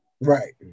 right